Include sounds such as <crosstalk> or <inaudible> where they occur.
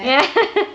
<laughs>